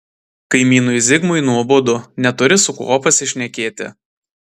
kaimynui zigmui nuobodu neturi su kuo pasišnekėti